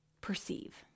perceive